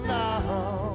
now